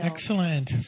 Excellent